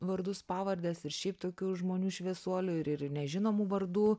vardus pavardes ir šiaip tokių žmonių šviesuolių ir ir ir nežinomų vardų